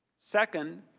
second,